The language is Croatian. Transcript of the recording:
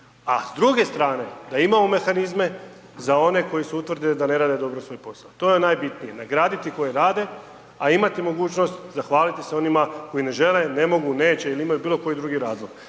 A s druge strane da imamo mehanizme za one koji su utvrdili da ne rade svoj posao. To je najbitnije, nagraditi koji rade, a imati mogućnost zahvaliti se onima koji ne žele, ne mogu, neće ili imaju bilo koji drugi razlog,